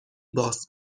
باز